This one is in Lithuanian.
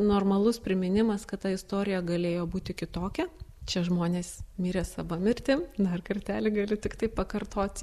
normalus priminimas kad ta istorija galėjo būti kitokia čia žmonės mirė sava mirtim dar kartelį galiu tiktai pakartoti